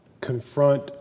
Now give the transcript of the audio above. confront